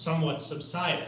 somewhat subside